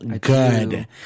good